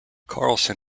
carlson